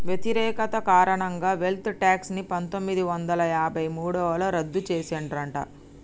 వ్యతిరేకత కారణంగా wealth tax ని పందొమ్మిది వందల యాభై మూడులో రద్దు చేసిండ్రట